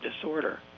disorder